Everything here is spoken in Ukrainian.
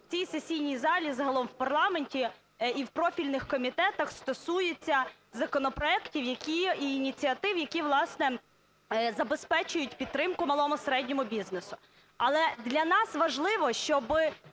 в цій сесійній залі, загалом в парламенті і в профільних комітетах стосуються законопроектів, які, і ініціатив, які, власне, забезпечують підтримку малому і середньому бізнесу. Але для нас важливо, щоб